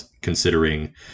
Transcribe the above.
considering